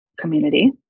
community